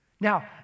Now